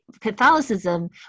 Catholicism